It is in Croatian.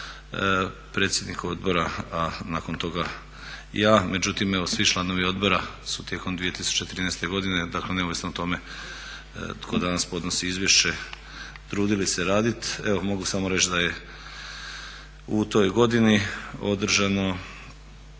predsjednik odbora, a nakon toga ja, međutim svi članovi odbora su tijekom 2013. godine, dakle neovisno o tome tko danas podnosi izvješće, trudili se radit. Evo mogu samo reći da je u toj godini održano